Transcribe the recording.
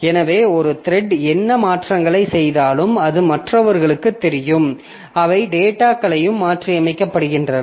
எனவே ஒரு த்ரெட் என்ன மாற்றங்களைச் செய்தாலும் அது மற்றவர்களுக்கும் தெரியும் அவை டேட்டாகளையும் மாற்றியமைக்கப்படுகின்றன